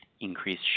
increased